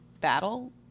battle